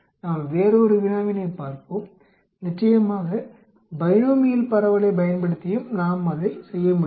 நாம் வேறொரு வினாவினைப் பார்ப்போம் நிச்சயமாக பைனோமியல் பரவலைப் பயன்படுத்தியும் நாம் அதை செய்ய முடியும்